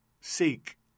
Seek